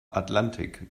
atlantik